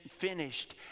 finished